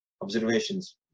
observations